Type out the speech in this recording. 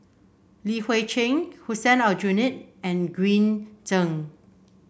Li Hui Cheng Hussein Aljunied and Green Zeng